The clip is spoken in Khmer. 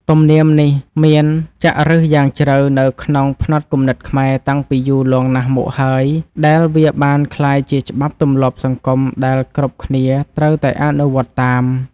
ទំនៀមនេះមានចាក់ឫសយ៉ាងជ្រៅនៅក្នុងផ្នត់គំនិតខ្មែរតាំងពីយូរលង់ណាស់មកហើយដែលវាបានក្លាយជាច្បាប់ទម្លាប់សង្គមដែលគ្រប់គ្នាត្រូវតែអនុវត្តតាម។